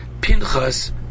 Pinchas